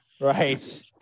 Right